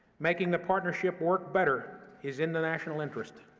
making the partnership work better is in the national interest,